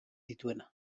dituena